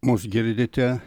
mus girdite